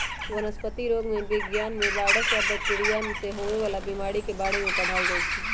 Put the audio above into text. वनस्पतिरोग विज्ञान में वायरस आ बैकटीरिया से होवे वाला बीमारी के बारे में पढ़ाएल जाई छई